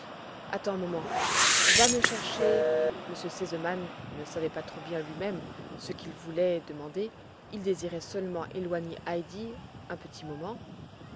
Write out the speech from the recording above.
attends un moment va me chercher m r sesemann ne savait pas trop bien lui-même ce qu'il voulait demander il désirait seulement éloigner heidi un petit moment